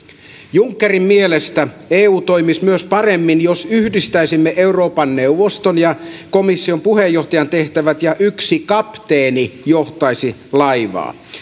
junckerin mielestä eu myös toimisi paremmin jos yhdistäisimme euroopan neuvoston ja komission puheenjohtajan tehtävät ja yksi kapteeni johtaisi laivaa